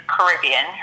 Caribbean